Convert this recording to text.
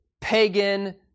pagan